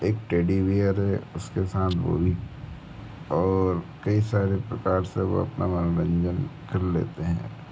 एक teddy bear है उसके साथ वह भी और कई सारे प्रकार से वह अपना मनोरंजन कर लेते हैं